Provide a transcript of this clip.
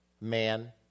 man